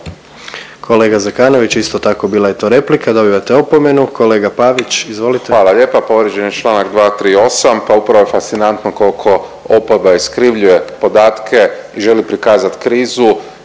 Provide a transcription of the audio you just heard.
Kolega Zekanović, isto tako bila je to replika. Dobivate opomenu. Kolega Pavić, izvolite. **Pavić, Marko (HDZ)** Hvala lijepa. Povrijeđen je članak 238. Pa upravo je fascinantno koliko oporba iskrivljuje podatke i želi prikazati krizu.